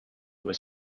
was